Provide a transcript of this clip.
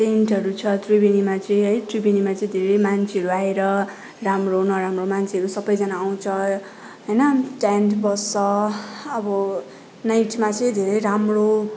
टेन्टहरू छ त्रिवेणीमा चाहिँ है त्रिवेणीमा चाहिँ धेरै मान्छेहरू आएर राम्रो नराम्रो मान्छेहरू सबैजना आउँछ होइन टेन्ट बस्छ अब नाइटमा चाहिँ धेरै राम्रो